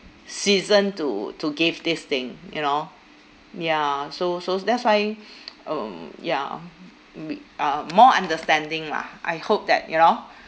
season to to give this thing you know ya so so s~ that's why um ya b~ uh more understanding lah I hope that you know